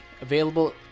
available